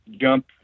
jump